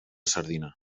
sardina